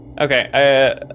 okay